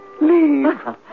Leave